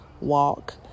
walk